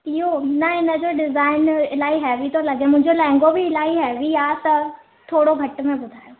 इयो न हिन जो डिज़ाइन इलाही हैवी थो लॻे मुंहिंजो लेहंगो बि इलाही हैवी आहे त थोरो घटि में ॿुधायो